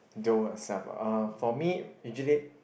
though yourself ah uh for me usually